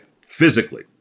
Physically